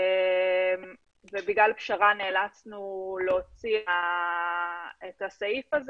בגלל פשרה נאלצנו להוציא את הסעיף הזה